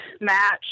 match